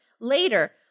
later